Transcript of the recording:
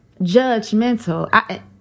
judgmental